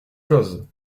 cozes